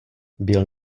byl